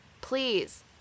Please